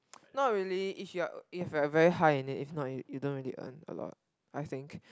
not really if you are if you are very high in it if not you don't really earn a lot I think